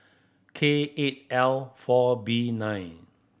K eight L four B nine